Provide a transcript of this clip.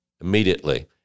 immediately